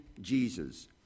Jesus